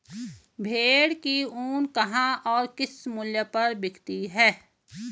भेड़ की ऊन कहाँ और किस मूल्य पर बिकती है?